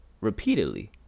repeatedly